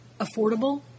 affordable